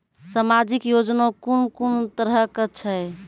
समाजिक योजना कून कून तरहक छै?